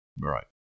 Right